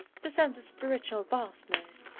the sense of spiritual vastness,